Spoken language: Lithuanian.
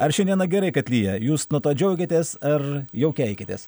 ar šiandieną gerai kad lyja jūs nuo to džiaugiatės ar jau keikiatės